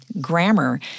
grammar